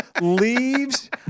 Leaves